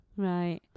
Right